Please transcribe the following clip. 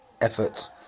effort